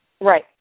Right